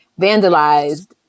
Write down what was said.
vandalized